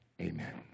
Amen